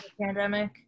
Pandemic